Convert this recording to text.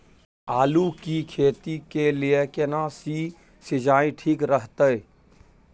आलू की खेती के लिये केना सी सिंचाई ठीक रहतै?